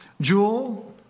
Jewel